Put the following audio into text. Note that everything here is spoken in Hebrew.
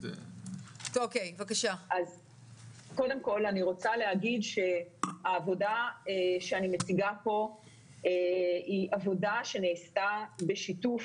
אני רוצה לומר שהעבודה שאני מציגה כאן היא עבודה שנעשתה בשיתוף